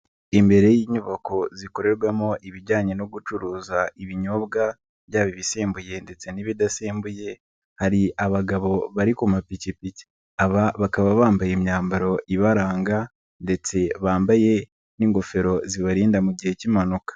Imbere y'inyubako zikorerwamo ibijyanye no gucuruza ibinyobwa byaba ibisembuye ndetse n'ibidasembuye, hari abagabo bari ku mapikipiki aba bakaba bambaye imyambaro ibaranga ndetse bambaye n'ingofero zibarinda mu gihe k'impanuka.